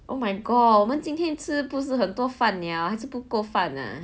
oh my god 我们今天吃不是很多饭了还是不够饭啊